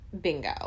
Bingo